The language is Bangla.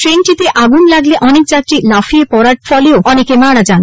ট্রেনটিতে আগুন লাগলে অনেক যাত্রী লাফিয়ে পড়ার ফলে মারা যান